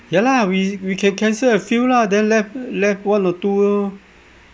ya lah we we can cancel a few lah the left left one or two lor